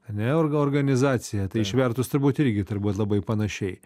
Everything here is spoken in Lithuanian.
ane orga organizaciją tai išvertus turbūt irgi turbūt labai panašiai